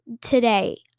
today